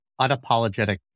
unapologetic